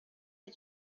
had